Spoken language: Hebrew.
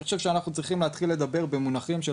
אני חושב שאנחנו צריכים לדבר במונחים של